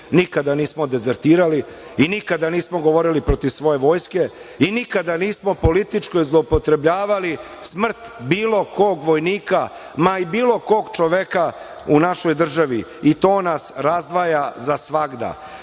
nikad nismo dezertirali i nikada nismo govorili protiv svoje vojske i nikada nismo politički zloupotrebljavali smrt bilo kog vojnika, ma i bilo kog čoveka u našoj državi. I to nas razdvaja za svagda. Neka